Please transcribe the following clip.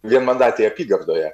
vienmandatėje apygardoje